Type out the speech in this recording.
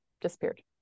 disappeared